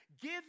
Give